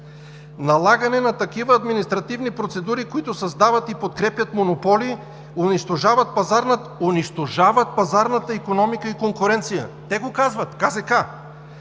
налагане на такива административни процедури, които създават и подкрепят монополи, унищожават пазарната икономика и конкуренцията – те го казват, КЗК